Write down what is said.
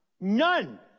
None